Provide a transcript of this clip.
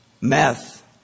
meth